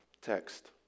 text